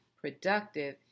productive